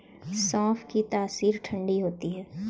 सौंफ की तासीर ठंडी होती है